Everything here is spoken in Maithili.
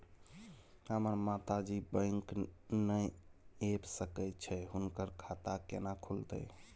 हमर माता जी बैंक नय ऐब सकै छै हुनकर खाता केना खूलतै?